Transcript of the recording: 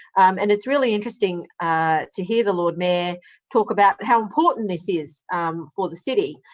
and it's really interesting to hear the lord mayor talk about how important this is for the city,